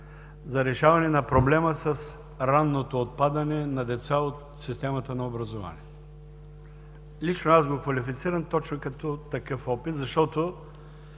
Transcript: за решаване на проблема с ранното отпадане на деца от системата на образование. Лично аз го квалифицирам точно като такъв опит, защото